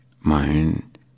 Mind